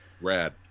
rad